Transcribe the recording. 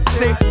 six